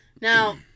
Now